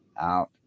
out